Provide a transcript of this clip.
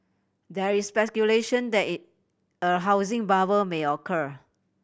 there is speculation that is a housing bubble may occur